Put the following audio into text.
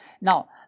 Now